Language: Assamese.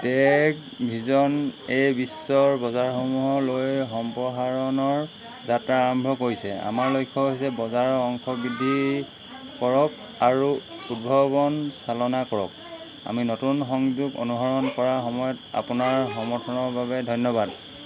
টেগ ভিজন এই বিশ্বৰ বজাৰসমূহলৈ সম্প্ৰসাৰণৰ যাত্ৰা আৰম্ভ কৰিছে আমাৰ লক্ষ্য হৈছে বজাৰৰ অংশ বৃদ্ধি কৰক আৰু উদ্ভাৱন চালনা কৰক আমি নতুন সংযোগ অনুসৰণ কৰাৰ সময়ত আপোনাৰ সমৰ্থনৰ বাবে ধন্যবাদ